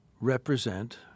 represent